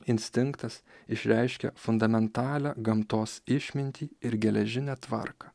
instinktas išreiškia fundamentalią gamtos išmintį ir geležinę tvarką